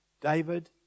David